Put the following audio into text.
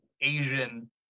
Asian